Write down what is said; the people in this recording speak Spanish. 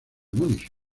múnich